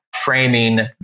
framing